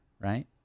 right